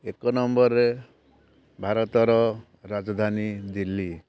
ଏକ ନମ୍ବର୍ରେ ଭାରତର ରାଜଧାନୀ ଦିଲ୍ଲୀ